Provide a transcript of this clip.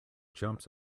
jumps